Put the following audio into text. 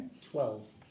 Twelve